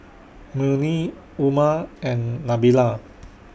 Murni Umar and Nabila